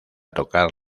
tocar